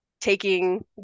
taking